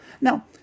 Now